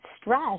stress